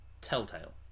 Telltale